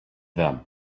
them